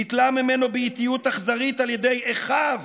ניטלה ממנו באיטיות אכזרית על ידי אחיו,